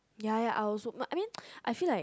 ya ya I also my I mean I feel like